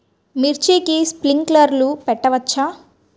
మిర్చికి స్ప్రింక్లర్లు పెట్టవచ్చా?